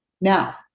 Now